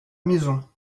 maison